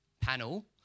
panel